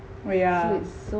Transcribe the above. oh yeah